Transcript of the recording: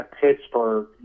Pittsburgh